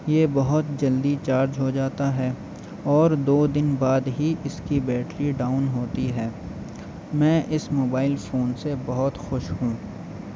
یہ بہت جلدی چارج ہو جاتا ہے اور دو دن بعد ہی اس کی بیٹری ڈاؤن ہوتی ہے میں اس موبائل فون سے بہت خوش ہوں